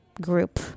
group